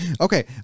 Okay